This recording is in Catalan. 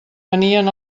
venien